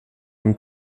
dem